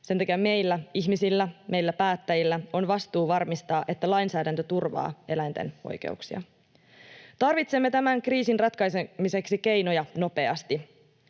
Sen takia meillä ihmisillä, meillä päättäjillä, on vastuu varmistaa, että lainsäädäntö turvaa eläinten oikeuksia. Tarvitsemme tämän kriisin ratkaisemiseksi keinoja nopeasti.